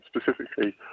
specifically